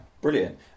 brilliant